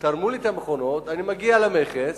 תרמו לי את המכונות, אני מגיע למכס,